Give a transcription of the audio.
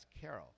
Carol